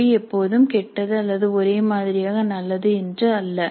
மொழி எப்போதும் கெட்டது அல்லது ஒரே மாதிரியாக நல்லது என்று அல்ல